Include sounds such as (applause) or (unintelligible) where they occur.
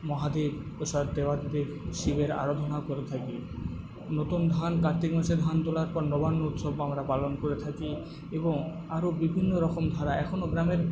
মহাদেব (unintelligible) দেব শিবের আরাধনা করে থাকি নতুন ধান কার্তিক মাসে ধান তোলার পর নবান্ন উৎসব আমরা পালন করে থাকি এবং আরও বিভিন্ন রকম ধারা এখনো গ্রামের